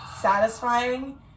satisfying